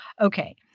Okay